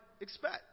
expect